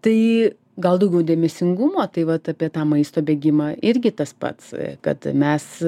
tai gal daugiau dėmesingumo tai vat apie tą maisto bėgimą irgi tas pats kad mes